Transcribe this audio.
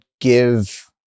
give